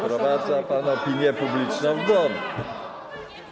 Wprowadza pan opinię publiczną w błąd.